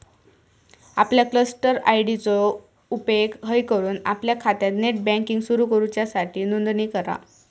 आपल्या cluster ID चो उपेग हय करून आपल्या खात्यात नेट बँकिंग सुरू करूच्यासाठी नोंदणी करा